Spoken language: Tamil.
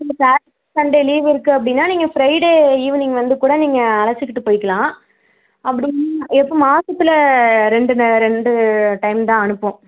இப்போ சாட்டர்டே சண்டே லீவ் இருக்குது அப்படின்னா நீங்கள் ஃப்ரைடே ஈவினிங் வந்துக்கூட நீங்கள் அழைச்சிக்கிட்டு போய்க்கலாம் அப்படின்னு இப்போது மாசத்தில் ரெண்டு ந ரெண்டு டைம்தான் அனுப்புவோம்